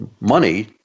money